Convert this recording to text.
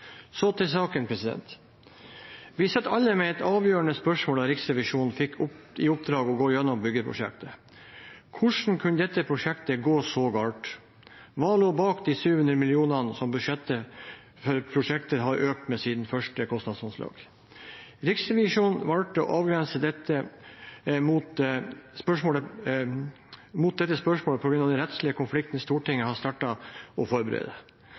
Så til saken: Vi satt alle med et avgjørende spørsmål da Riksrevisjonen fikk i oppdrag å gå igjennom byggeprosjektet. Hvordan kunne dette prosjektet gå så galt? Hva lå bak de 700 mill. kr som budsjettet for prosjektet hadde økt med siden første kostnadsanslag? Riksrevisjonen valgte å avgrense mot dette spørsmålet på grunn av den rettslige konflikten Stortinget hadde startet å forberede.